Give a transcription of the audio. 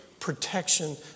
Protection